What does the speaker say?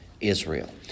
Israel